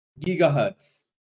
gigahertz